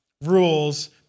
rules